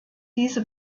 diese